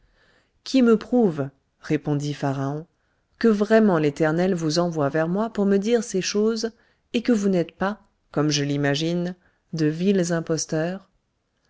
qui me prouve répondit pharaon que vraiment l'éternel vous envoie vers moi pour me dire ces choses et que vous n'êtes pas comme je l'imagine de vils imposteurs